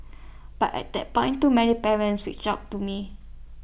but at that point too many parents reached out to me